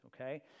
okay